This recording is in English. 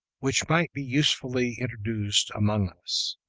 which might be usefully introduced among us?